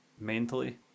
mentally